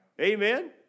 Amen